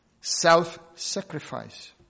self-sacrifice